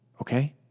Okay